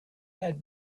had